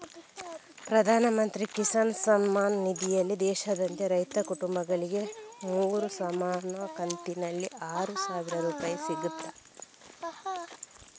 ಪ್ರಧಾನ ಮಂತ್ರಿ ಕಿಸಾನ್ ಸಮ್ಮಾನ್ ನಿಧಿನಲ್ಲಿ ದೇಶಾದ್ಯಂತ ರೈತ ಕುಟುಂಬಗಳಿಗೆ ಮೂರು ಸಮಾನ ಕಂತಿನಲ್ಲಿ ಆರು ಸಾವಿರ ರೂಪಾಯಿ ಸಿಗ್ತದೆ